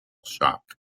shock